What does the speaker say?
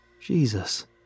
Jesus